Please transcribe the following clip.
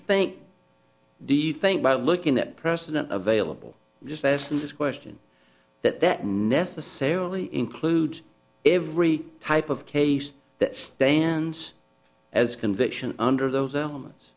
think do you think about looking at president of vailable just as in this question that that necessarily include every type of case that stands as a conviction under those elements